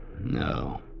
No